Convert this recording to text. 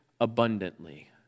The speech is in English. abundantly